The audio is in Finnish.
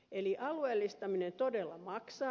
eli alueellistaminen todella maksaa